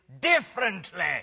differently